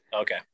okay